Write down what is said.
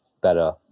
better